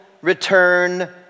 return